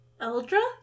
Eldra